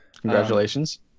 Congratulations